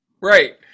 Right